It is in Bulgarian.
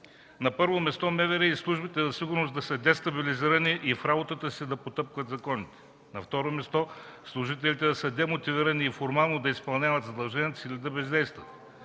На първо място, МВР и службите за сигурност да са нестабилизирани и в работата си да потъпкват законите. На второ място, служителите да са демотивирани и случайно и формално да изпълняват задълженията си или да бездействат.